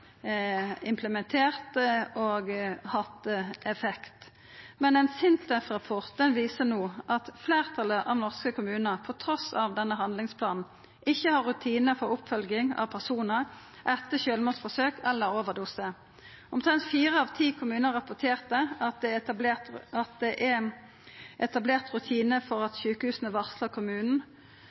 implementert og hatt effekt. Ein SINTEF-rapport viser no at fleirtalet av norske kommunar, trass i handlingsplanen, ikkje har rutinar for oppfølging av personar etter sjølvmordsforsøk eller overdose. Omtrent fire av ti kommunar rapporterte at det er etablert rutinar for at sjukehuset varslar kommunen når pasientar vert utskrivne etter å ha vore innlagde for